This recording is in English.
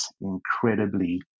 incredibly